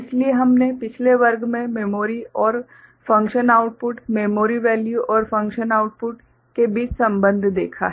इसलिए हमने पिछले वर्ग में मेमोरी और फंक्शन आउटपुट मेमोरी वैल्यू और फंक्शन आउटपुट के बीच संबंध देखा है